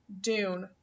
Dune